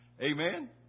Amen